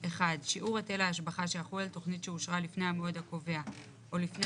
1. שיעור היטל ההשבחה שיחול על תכנית שאושרה לפני המועד הקובע או לפני